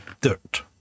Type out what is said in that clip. dirt